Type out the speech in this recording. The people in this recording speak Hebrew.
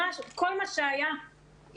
כל מה שהיה,